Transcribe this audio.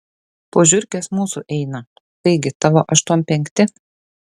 po žiurkės mūsų eina taigi tavo aštuom penkti